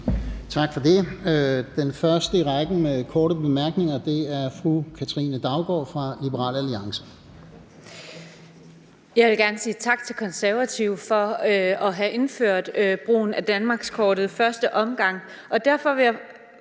Tak for det. Den første i rækken af dem, der har korte bemærkninger, er fru Katrine Daugaard fra Liberal Alliance.